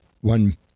one